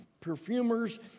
perfumers